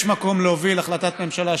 יש מקום להוביל החלטת ממשלה,